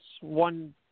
one